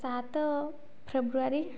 ସାତ ଫେବୃୟାରୀ